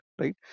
right